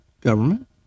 government